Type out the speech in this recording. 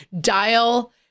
dial